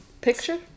picture